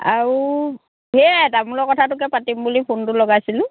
আৰু সেয়া তামোলৰ কথাটোকে পাতিম বুলি ফোনটো লগাইছিলোঁ